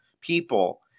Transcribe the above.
people